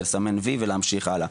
לסמן וי ולהמשיך הלאה,